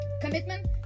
commitment